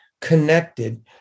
connected